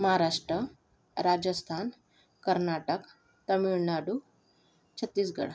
Maharashtra Rajasthan Karnataka Tamil Nadu Chhattisgarh